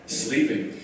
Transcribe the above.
sleeping